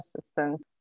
assistance